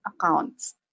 accounts